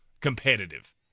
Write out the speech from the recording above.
Competitive